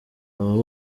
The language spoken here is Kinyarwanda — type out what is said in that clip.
abo